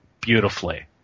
beautifully